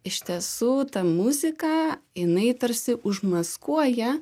iš tiesų ta muzika jinai tarsi užmaskuoja